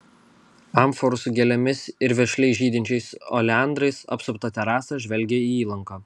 amforų su gėlėmis ir vešliai žydinčiais oleandrais apsupta terasa žvelgė į įlanką